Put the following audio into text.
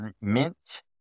mint